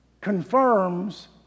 confirms